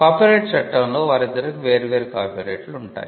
copyright చట్టంలో వారిద్దరికి వేర్వేరు కాపీరైట్లు ఉంటాయి